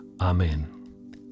Amen